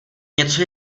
něco